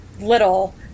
Little